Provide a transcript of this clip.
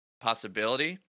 possibility